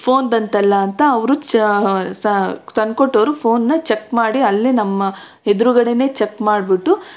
phone ಬಂತಲ್ಲ ಅಂತ ಅವರು ಚ ಸ ತಂದ್ಕೊಟ್ಟವರು ಫೋನ್ನ ಚಕ್ ಮಾಡಿ ಅಲ್ಲೇ ನಮ್ಮ ಎದುರುಗಡೆನೇ ಚೆಕ್ ಮಾಡ್ಬಿಟ್ಟು